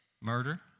murder